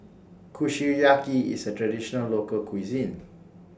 Kushiyaki IS A Traditional Local Cuisine